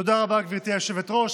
תודה רבה, גברתי היושבת-ראש.